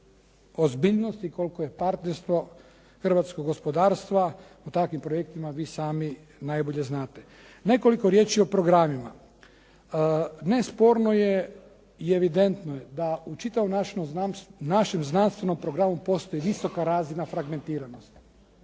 ozbiljnost i koliko je partnerstvo hrvatskog gospodarstva, o takvim projektima vi sami najbolje znate. Nekoliko riječi o programima. Nesporno je i evidentno je da u čitavom našem znanstvenom programu postoji visoka razina fragmentiranosti